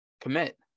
commit